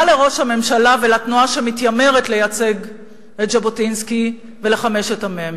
מה לראש הממשלה ולתנועה שמתיימרת לייצג את ז'בוטינסקי ולחמשת המ"מים?